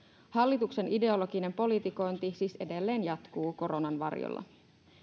hallituksen ideologinen politikointi siis edelleen jatkuu koronan varjolla